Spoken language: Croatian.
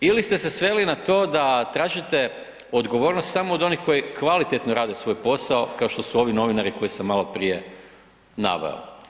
Ili ste se sveli na to da tražite odgovornost samo od onih koji kvalitetno rade svoj posao kao što ovi novinari koje sam maloprije naveo.